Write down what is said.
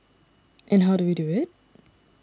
and how do we do it